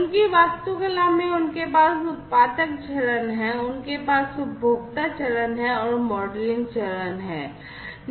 उनकी वास्तुकला में उनके पास उत्पादक चरण है उनके पास उपभोक्ता चरण है और मॉडलिंग चरण है